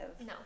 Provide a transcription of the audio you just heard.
No